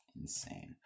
insane